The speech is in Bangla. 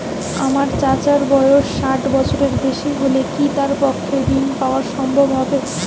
আমার চাচার বয়স ষাট বছরের বেশি হলে কি তার পক্ষে ঋণ পাওয়া সম্ভব হবে?